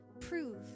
Prove